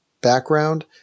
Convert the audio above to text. background